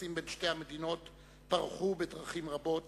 היחסים בין שני המדינות פרחו בדרכים רבות